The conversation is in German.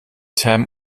term